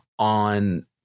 on